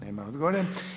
Nema odgovora.